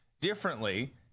differently